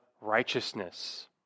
righteousness